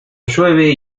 llueve